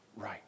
right